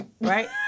right